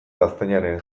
gaztainaren